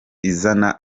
izana